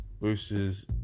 versus